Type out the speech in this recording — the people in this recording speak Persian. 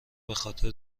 بخاطر